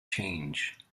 change